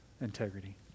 integrity